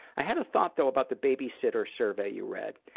i had a thought, though, about the babysitter survey you read.